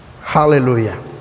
Hallelujah